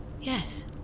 Yes